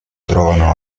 trovano